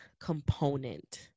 component